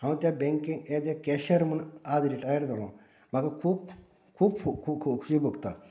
हांव त्या बँकेक त्या एज ए कॅशीयर म्हूण आज रिटायर जालो म्हाका खूब खो खोशी भोगता